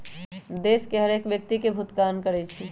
देश के हरेक व्यक्ति के भुगतान करइ छइ